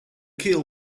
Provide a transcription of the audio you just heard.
keel